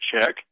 check